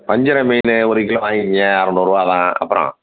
வஞ்சிரம் மீன் ஒரு கிலோ வாங்கிக்கங்க அறநூறுரூவா தான் அப்புறோம்